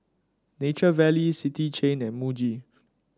Nature Valley City Chain and Muji